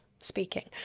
speaking